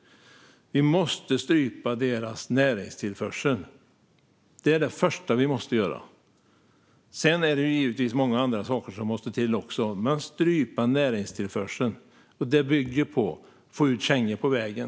Vi måste strypa deras näringstillförsel. Det är det första som vi måste göra. Sedan är det givetvis många andra saker som också måste till. Men näringstillförseln måste strypas. Det bygger på att man får ut kängor på vägen.